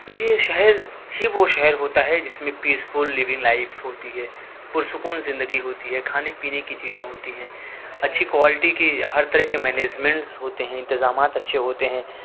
دیکھیے شہر ہی وہ شہر ہوتا ہے جس میں پیس فل لیونگ لائف ہوتی ہے پرسکون زندگی ہوتی ہے کھانے پینے کی چیزیں ہوتی ہیں اچھی کوالٹی کی ہر طرح کے مینیجمنٹس ہوتے ہیں انتظامات اچھے ہوتے ہیں